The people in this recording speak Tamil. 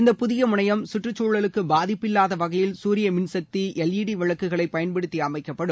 இந்த புதிய முனையம் சுற்றுச்சூழலுக்கு பாதிப்பு இல்லாத வகையில் சூரியமின்சக்தி எல்ஈடி விளக்குகளை பயன்படுத்தி அமைக்கப்படும்